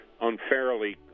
unfairly